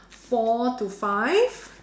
four to five